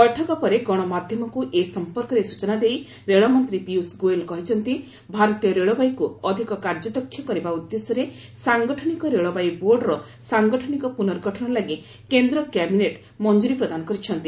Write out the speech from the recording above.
ବୈଠକ ପରେ ଗଣମାଧ୍ୟମକୁ ଏ ସମ୍ପର୍କରେ ସ୍ଚନା ଦେଇ ରେଳମନ୍ତ୍ରୀ ପୀୟଷ ଗୋୟଲ କହିଛନ୍ତି ଭାରତୀୟ ରେଳବାଇକୁ ଅଧିକ କାର୍ଯ୍ୟଦକ୍ଷ କରିବା ଉଦ୍ଦେଶ୍ୟରେ ସାଙ୍ଗଠନିକ ରେଳବାଇ ବୋର୍ଡର ସାଙ୍ଗଠନିକ ପୁନର୍ଗଠନ ଲାଗି କେନ୍ଦ୍ର କ୍ୟାବିନେଟ୍ ମଞ୍ଜୁରୀ ପ୍ରଦାନ କରିଛନ୍ତି